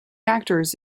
actors